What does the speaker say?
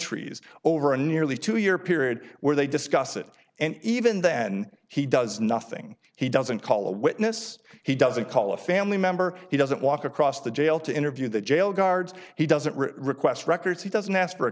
ies over a nearly two year period where they discuss it and even then he does nothing he doesn't call a witness he doesn't call a family member he doesn't walk across the jail to interview the jail guards he doesn't request records he doesn't ask for a